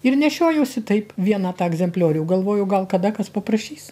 ir nešiojausi taip vieną tą egzempliorių galvojau gal kada kas paprašys